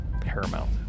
paramount